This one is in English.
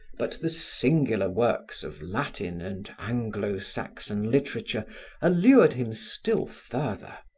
but the singular works of latin and anglo-saxon literature allured him still further.